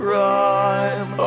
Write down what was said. Crime